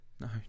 no